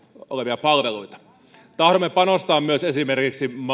olevia palveluita tahdomme panostaa myös esimerkiksi